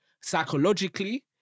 psychologically